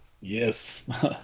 yes